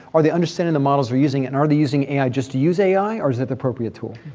are they understanding the models were using? and are they using ai just to use ai? or is it the appropriate tool?